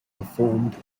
performed